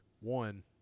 one